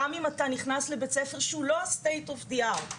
גם אם אתה נכנס לבית ספר שהוא לא ה- state of the art.